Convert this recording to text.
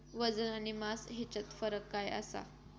वजन आणि मास हेच्यात फरक काय आसा?